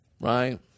right